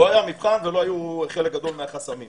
לא היה מבחן ולא היו חלק גדול מהחסמים.